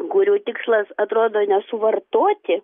kurių tikslas atrodo ne suvartoti